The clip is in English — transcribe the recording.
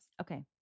Okay